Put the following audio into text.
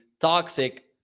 Toxic